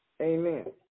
Amen